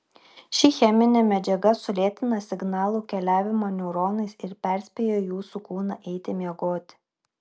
ši cheminė medžiaga sulėtina signalų keliavimą neuronais ir perspėja jūsų kūną eiti miegoti